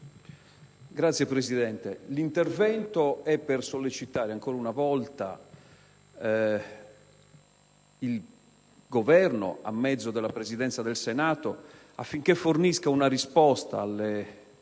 Signor Presidente, intervengo per sollecitare ancora una volta il Governo, a mezzo della Presidenza del Senato, affinché fornisca una risposta alle